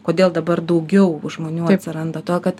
kodėl dabar daugiau žmonių atsiranda todėl kad